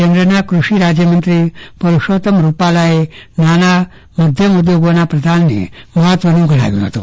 કેન્દ્રના કૃષિ રાજ્યમંત્રી પુરૂષોત્તમ રૂપાલાએ નાના મધ્યમ ઉદ્યોગોના પ્રદાનને મહત્વનું ગણાવ્યું હતું